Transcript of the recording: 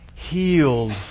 Healed